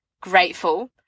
grateful